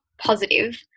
positive